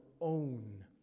own